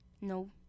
No